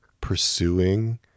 pursuing